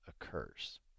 occurs